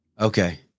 Okay